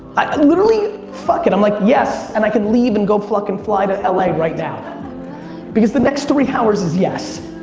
literally fuck it, i'm like yes. and i could leave and go fucking and fly to la right now because the next three hours is yes.